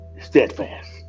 steadfast